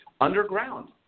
underground